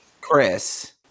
Chris